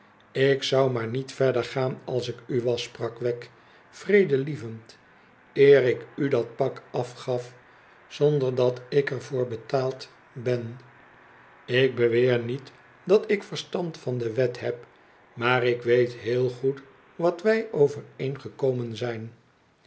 ik zou maar niet verder gaan als ik u was sprak wegg vredelievend eer ik u dat pak afgaf zonder dat ik er voor betaald ben ik beweer niet dat ik verstand van de wet heb maar ik weet heel goed wat wij overeengekomen zijn